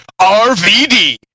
RVD